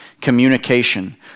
Communication